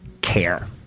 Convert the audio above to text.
care